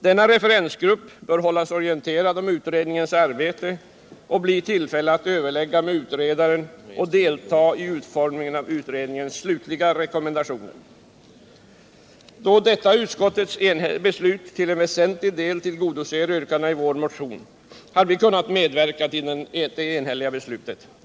Denna referensgrupp bör hållas orienterad om utredningens arbete och bli i tillfälle att överlägga med utredaren och delta i utformningen av utredningens slutliga rekommendationer. Då detta utskottets beslut till en väsentlig del tillgodoser yrkandena i vår motion har vi kunnat medverka till det enhälliga beslutet.